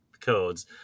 codes